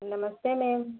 नमस्ते मेम